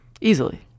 Easily